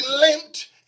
limped